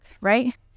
right